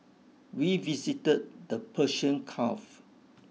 we visited the Persian Gulf